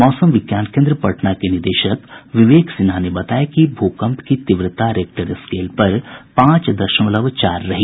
मौसम विज्ञान केन्द्र पटना के निदेशक विवेक सिन्हा ने बताया कि भूकंप की तीव्रता रेक्टर स्केल पर पांच दशमलव चार रही